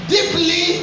Deeply